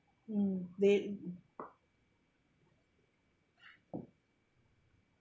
mm they